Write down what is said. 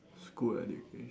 school education